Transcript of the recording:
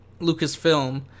Lucasfilm